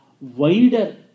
wider